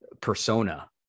persona